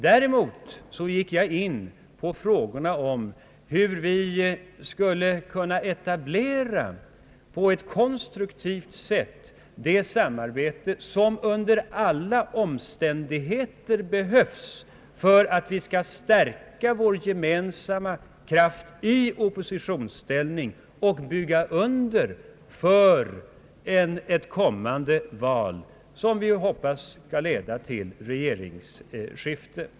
Däremot gick jag in på frågorna om hur vi skulle kunna etablera ett konstruktivt samarbete, som under alla omständigheter behövs för att vi skall stärka vår gemensamma kraft i oppositionsställning och bygga under för ett kommande val, som vi ju hoppas skall leda till regeringsskifte.